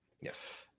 Yes